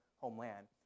homeland